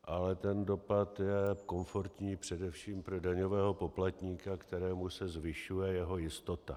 Ale ten dopad je komfortní především pro daňového poplatníka, kterému se zvyšuje jeho jistota.